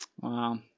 Wow